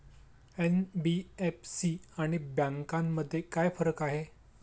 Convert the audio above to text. NBFC आणि बँकांमध्ये काय फरक आहे?